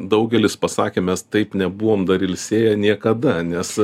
daugelis pasakė mes taip nebuvom dar ilsėję niekada nes